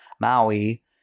Maui